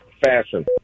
Fashion